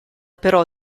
però